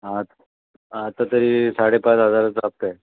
हां आता तरी साडेपाच हजाराचा हप्ता आहे